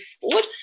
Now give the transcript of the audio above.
forward